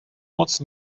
moc